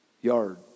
yard